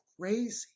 crazy